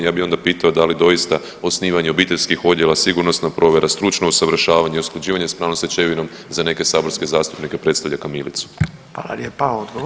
Ja bih onda pitao da li doista osnivanje obiteljskih odjela, sigurnosna provjera, stručno usavršavanje, usklađivanje sa pravnom stečevinom za neke saborske zastupnike predstavlja kamilicu?